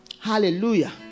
Hallelujah